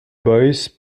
boys